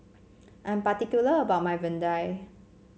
I'm particular about my vadai